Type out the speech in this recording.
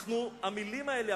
המלים האלה,